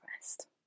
rest